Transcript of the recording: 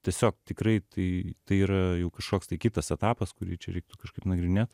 tiesiog tikrai tai yra kažkoks tai kitas etapas kurį čia reiktų kažkaip nagrinėt